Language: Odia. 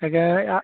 ଆଜ୍ଞା